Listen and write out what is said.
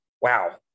Wow